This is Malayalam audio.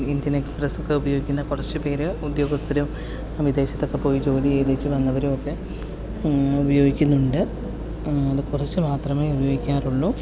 ഇന്ത്യൻ എക്സ്പ്രെസ്സ് ഒക്കെ ഉപയോഗിക്കുന്ന കുറച്ചുപേർ ഉദ്യോഗസ്ഥരോ വിദേശത്തൊക്കെ പോയി ജോലി ചെയ്തേച്ച് വന്നവരോ ഒക്കെ ഉപയോഗിക്കുന്നുണ്ട് അത് കുറച്ച് മാത്രമേ ഉപയോഗിക്കാറുള്ളൂ